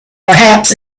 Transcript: perhaps